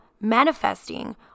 manifesting